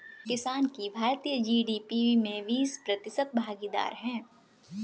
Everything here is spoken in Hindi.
किसान की भारतीय जी.डी.पी में बीस प्रतिशत भागीदारी है